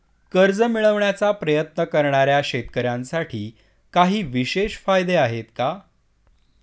कर्ज मिळवण्याचा प्रयत्न करणाऱ्या शेतकऱ्यांसाठी काही विशेष फायदे आहेत का?